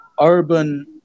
urban